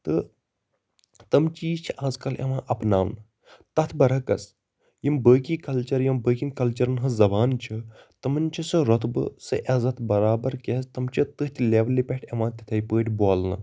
تہٕ تم چیٖز چھِ آز کَل یِوان اَپناونہٕ تَتھ بَرعکس یِم باقٕے کَلچَر یِم باقٮ۪ن کَلچَرَن ہٕنٛز زَبان چھِ تِمن چھُ سُہ روتبہٕ سہ عٮ۪زَت بَرابر کیاز تِم چھِ تٔتھۍ لٮ۪ولہِ پٮ۪ٹھ یِوان تِتھے پٲٹھۍ بولنہٕ